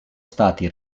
stati